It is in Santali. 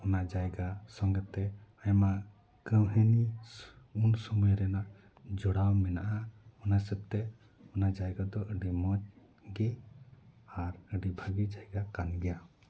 ᱚᱱᱟ ᱡᱟᱭᱜᱟ ᱥᱚᱝᱜᱮᱸ ᱛᱮ ᱟᱭᱢᱟ ᱠᱟᱹᱦᱟᱱᱤ ᱩᱱᱥᱳᱢᱳᱭ ᱨᱮᱱᱟᱜ ᱡᱚᱲᱟᱣ ᱢᱮᱱᱟᱜᱼᱟ ᱚᱱᱟ ᱦᱤᱥᱟᱹᱵ ᱛᱮ ᱚᱱᱟ ᱡᱟᱭᱜᱟ ᱫᱚ ᱟᱹᱰᱤ ᱢᱚᱡᱽ ᱜᱮ ᱟᱨ ᱟᱹᱰᱤ ᱵᱷᱟᱜᱤ ᱡᱟᱭᱜᱟ ᱠᱟᱱ ᱜᱮᱭᱟ